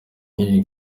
iyi